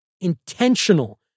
intentional